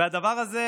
והדבר הזה,